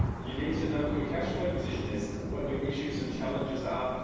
you need to know what your cash flow position is, what your issues and challenges are,